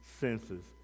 senses